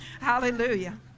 hallelujah